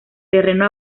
terreno